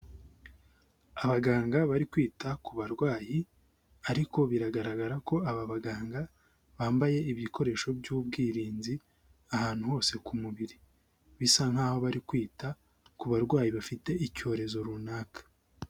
Abaganga bari kwita ku barwayi, ariko biragaragara ko aba baganga bambaye ibikoresho by'ubwirinzi ahantu hose ku mubiri. Bisa nkahoho bari kwita ku barwayi bafite icyorezo runaka.